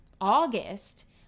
August